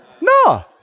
No